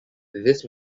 this